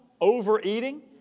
overeating